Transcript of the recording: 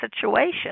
situation